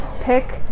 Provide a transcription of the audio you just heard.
Pick